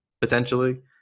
potentially